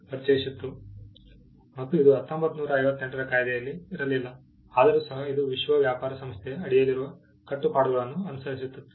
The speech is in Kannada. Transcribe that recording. ಮತ್ತು ಇದು 1958 ರ ಕಾಯಿದೆಯಲ್ಲಿ ಇರಲಿಲ್ಲ ಆದರೂ ಸಹ ಇದು ವಿಶ್ವ ವ್ಯಾಪಾರ ಸಂಸ್ಥೆಯ ಅಡಿಯಲ್ಲಿರುವ ಕಟ್ಟುಪಾಡುಗಳನ್ನು ಅನುಸರಿಸುತ್ತಿತ್ತು